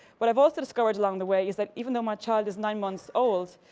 what i've also discovered along the way is that even though my child is nine months old,